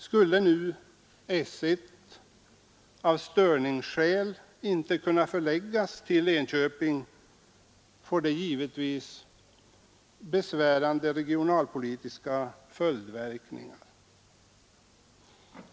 Skulle nu S 1 av störningsskäl inte kunna förläggas till Enköping, får det givetvis besvärande regionalpolitiska följdverkningar.